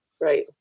Right